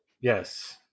Yes